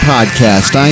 Podcast